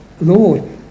Lord